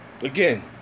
again